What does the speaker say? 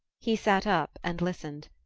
he sat up and listened.